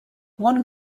one